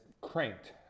cranked